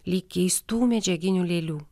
lyg keistų medžiaginių lėlių